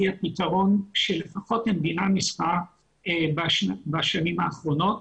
הפתרון שלפחות המדינה ניסחה בשנים האחרונות,